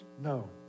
No